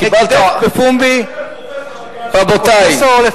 קיבלת, מגדף בפומבי, פרופסור אגסי.